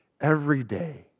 everyday